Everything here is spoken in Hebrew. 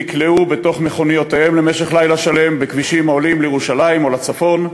נכלאו בתוך מכוניותיהם למשך לילה שלם בכבישים העולים לירושלים או לצפון,